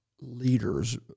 leaders